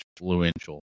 influential